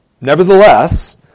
Nevertheless